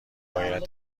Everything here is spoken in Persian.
باید